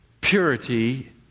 purity